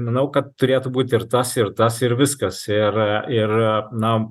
manau kad turėtų būt ir tas ir tas ir viskas ir ir na